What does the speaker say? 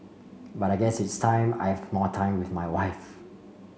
but I guess it's time I've more time with my wife